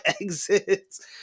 exits